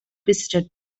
visited